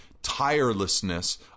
tirelessness